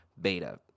beta